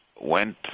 went